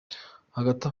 hagati